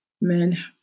men